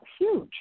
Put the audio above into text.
huge